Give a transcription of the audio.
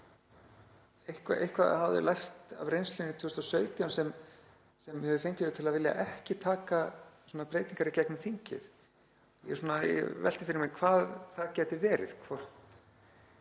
eitthvað hafi þau lært af reynslunni 2017 sem hafi fengið þau til að vilja ekki taka svona breytingar í gegnum þingið. Ég velti fyrir mér hvað það gæti verið, hvort